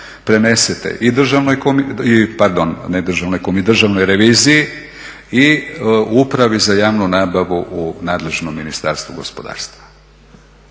prenesete državnoj reviziji i Upravi za javnu nabavu u nadležnom Ministarstvu gospodarstva.